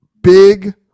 big